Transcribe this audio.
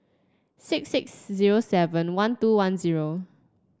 six six zero seven one two one zero